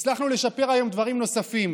הצלחנו לשפר היום דברים נוספים.